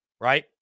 Right